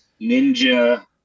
ninja